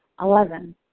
Eleven